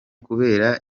kubera